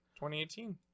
2018